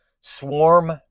swarm